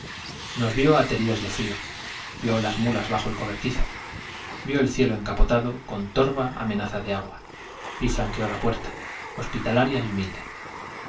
nos vio ateridos de frío vió las mulas bajo el cobertizo vió el cielo encapotado con torva amenaza de agua y franqueó la puerta hospitalaria y humilde